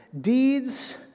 deeds